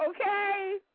okay